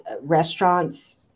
restaurants